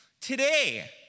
Today